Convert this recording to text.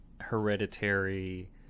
hereditary